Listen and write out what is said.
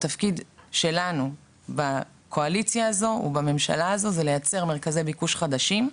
התפקיד שלנו בקואליציה הזו ובממשלה הזו זה לייצר מרכזי ביקוש חדשים,